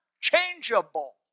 changeable